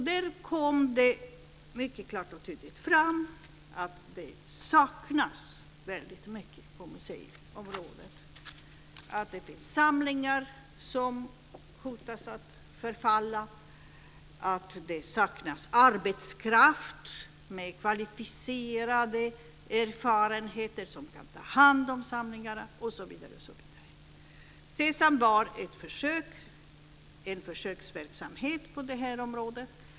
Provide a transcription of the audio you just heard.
Där kom det mycket klart och tydlig fram att det saknas väldigt mycket på museiområdet, att det finns samlingar som hotar att förfalla, att det saknas kvalificerad arbetskraft med erfarenheter som kan ta hand om samlingarna, osv. SESAM var en försöksverksamhet på detta område.